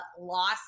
loss